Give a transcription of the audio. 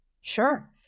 Sure